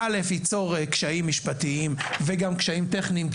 ייצור קשיים משפטיים וגם קשיים טכניים,